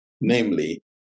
Namely